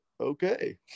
okay